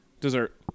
Dessert